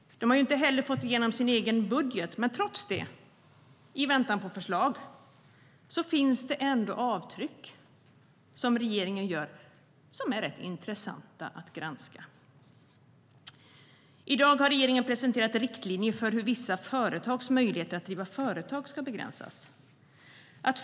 De har inte heller fått igenom sin egen budget. Trots det - i väntan på förslag - gör dock regeringen avtryck som är rätt intressanta att granska. I dag har regeringen presenterat riktlinjer för hur man ska kunna begränsa möjligheterna att driva vissa företag.